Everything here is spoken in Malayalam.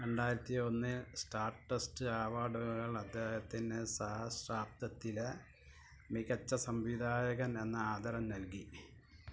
രണ്ടായിരത്തി ഒന്ന് സ്റ്റാർഡസ്റ്റ് അവാർഡുകൾ അദ്ദേഹത്തിന് സഹസ്രാബ്ദത്തിലെ മികച്ച സംവിധായകൻ എന്ന ആദരം നല്കി